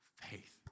faith